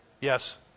Yes